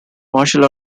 martial